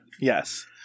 Yes